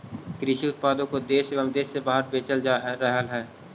कृषि उत्पादों को देश एवं देश से बाहर बेचल जा रहलइ हे